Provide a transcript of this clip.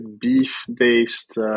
beef-based